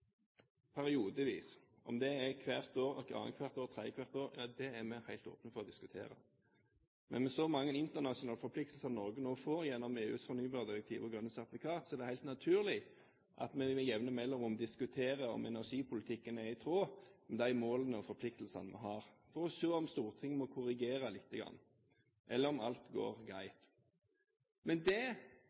periodevis – om det er hvert år, annethvert år, tredjehvert år, ja det er vi helt åpne for å diskutere. Med så mange internasjonale forpliktelser Norge nå får gjennom EUs fornybardirektiv og grønne sertifikat, er det helt naturlig at vi med jevne mellomrom diskuterer om energipolitikken er i tråd med de målene og forpliktelsene vi har, for å se om Stortinget må korrigere lite grann, eller om alt går greit. Men da Stortinget skulle behandle det